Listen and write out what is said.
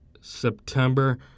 September